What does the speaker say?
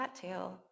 cattail